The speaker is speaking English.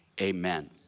amen